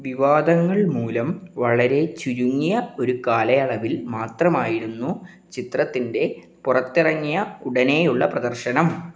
വിവാദങ്ങൾ മൂലം വളരെ ചുരുങ്ങിയ ഒരു കാലയളവിൽ മാത്രമായിരുന്നു ചിത്രത്തിൻ്റെ പുറത്തിറങ്ങിയ ഉടനെയുള്ള പ്രദർശനം